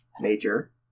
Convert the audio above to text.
major